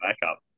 backup